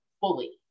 fully